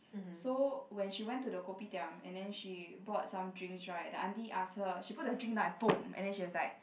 so when she went to the Kopitiam and then she bought some drinks right the auntie ask her she put the drink down and and then she was like